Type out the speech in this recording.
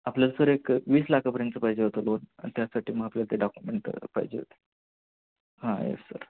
आपल्याला सर एक वीस लाखापर्यंतचं पाहिजे होतं लोन आणि त्यासाठी मग आपल्याला ते डॉक्युमेंट पाहिजे होते हां यस सर